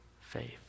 faith